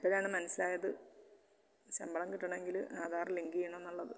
ഇപ്പോഴാണ് മനസ്സിലായത് ശമ്പളം കിട്ടണമെങ്കിൽ ആധാറ് ലിങ്ക് ചെയ്യണം എന്നുള്ളത്